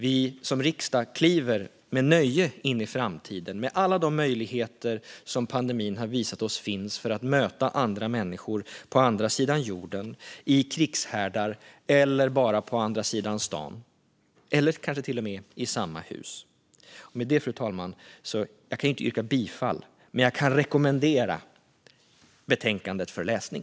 Vi som riksdag kliver med nöje in i framtiden med alla de möjligheter som under pandemin har visat sig finnas för att möta andra människor på andra sidan jorden, i krigshärdar eller bara på andra sidan stan, kanske till och med i samma hus. Fru talman! Jag kan ju inte yrka bifall, men jag kan rekommendera betänkandet för läsning.